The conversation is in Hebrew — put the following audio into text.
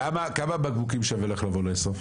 כמה בקבוקים שווה לך לבוא לאסוף?